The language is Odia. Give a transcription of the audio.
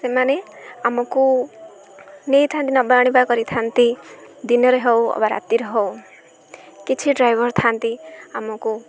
ସେମାନେ ଆମକୁ ନେଇଥାନ୍ତି ନବା ଆଣିବା କରିଥାନ୍ତି ଦିନରେ ହେଉ ଅବା ରାତିରେ ହେଉ କିଛି ଡ୍ରାଇଭର୍ ଥାନ୍ତି ଆମକୁ